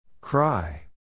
Cry